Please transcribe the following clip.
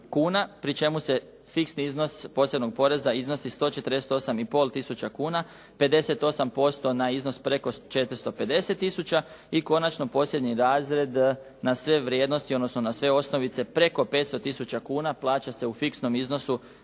pri čemu se fiksni iznos posebnog poreza iznosi 148,5 tisuća kuna, 58% na iznos preko 450 tisuće. I konačno posljednji razred na sve vrijednosti odnosno na sve osnovice p preko 500 tisuća kuna plaća se u fiksnom iznosu